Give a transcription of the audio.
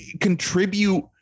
contribute